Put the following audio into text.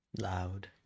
Loud